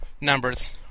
numbers